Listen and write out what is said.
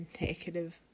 negative